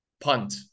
punt